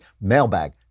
Mailbag